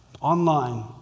online